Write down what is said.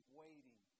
waiting